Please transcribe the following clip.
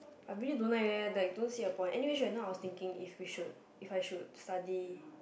I really don't like leh like don't see a point anyway I was thinking if we should if I should study